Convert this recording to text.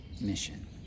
mission